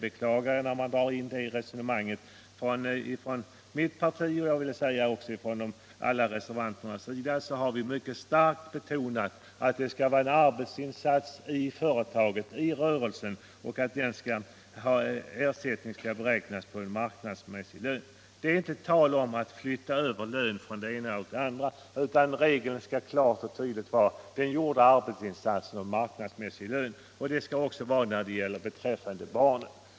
Från mitt parti — och också från alla reservanternas sida — har vi mycket starkt betonat att det skall vara en arbetsinsats i företaget, i rörelsen, som skall vara grunden för avdraget och att ersättningen skall beräknas efter en marknadsmässig lön. Det är inte tal om att flytta över lön från det ena hållet till det andra. Regeln skall klart och tydligt vara att den gjorda arbetsinsatsen skall betalas med marknadsmässig lön. Så skall det också 43 vara i fråga om barnen.